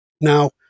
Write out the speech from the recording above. now